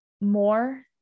more